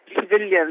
civilians